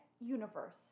universe